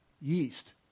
yeast